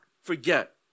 forget